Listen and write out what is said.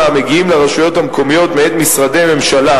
המגיעים לרשויות המקומיות מאת משרדי ממשלה,